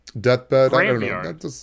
deathbed